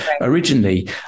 originally